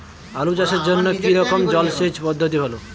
আলু চাষের জন্য কী রকম জলসেচ পদ্ধতি ভালো?